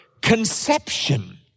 conception